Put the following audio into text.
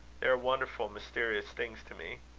they are wonderful, mysterious things to me.